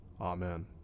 Amen